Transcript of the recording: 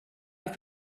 have